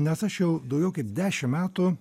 nes aš jau daugiau kaip dešim metų